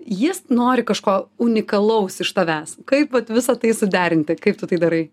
jis nori kažko unikalaus iš tavęs kaip vat visa tai suderinti kaip tu tai darai